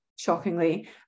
Shockingly